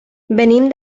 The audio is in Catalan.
venim